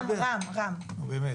נו, באמת.